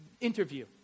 interview